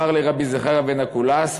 אמר להו רבי זכריה בן אבקולס,